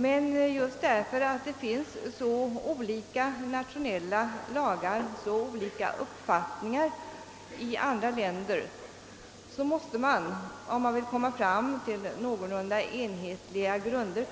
Men just därför att det finns så olika nationella lagar och så olika uppfattningar i andra länder, måste man, för att komma fram till någorlunda enhetliga regler,